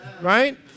right